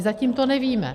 Zatím to nevíme.